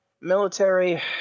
Military